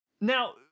now